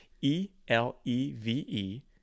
E-L-E-V-E